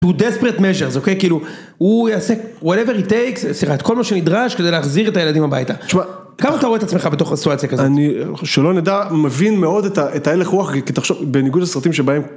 הוא יעשה כל מה שנדרש כדי להחזיר את הילדים הביתה, כמה אתה רואה את עצמך בתוך הסיטואציה כזאת, שלא נדע, מבין מאוד את ההלך רוח, בניגוד לסרטים שבאים.